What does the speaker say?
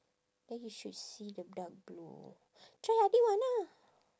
then you should see the dark blue try adik one ah